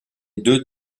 deux